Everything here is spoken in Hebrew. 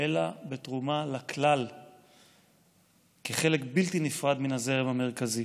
אלא בתרומה לכלל כחלק בלתי נפרד מן הזרם המרכזי.